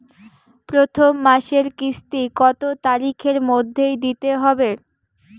প্রথম মাসের কিস্তি কত তারিখের মধ্যেই দিতে হবে?